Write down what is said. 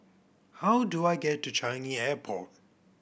how do I get to Changi Airport